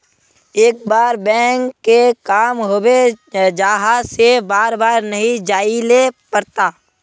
एक बार बैंक के काम होबे जाला से बार बार नहीं जाइले पड़ता?